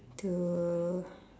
to